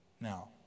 Now